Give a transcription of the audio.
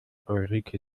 ulrike